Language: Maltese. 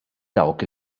dawk